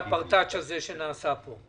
מה שנעשה פה.